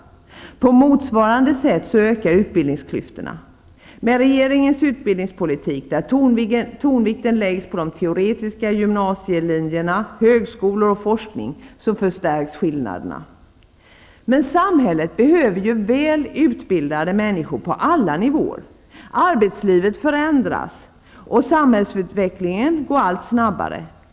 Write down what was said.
På motsvarande sätt ökar utbildningsklyftorna. Med regeringens utbildningspolitik, där tonvikten läggs på de teoretiska gymnasielinjerna, högskolor och forskning, förstärks skillnaderna. Men samhället behöver väl utbildade människor på alla nivåer. Arbetslivet förändras och samhällsutvecklingen går allt snabbare.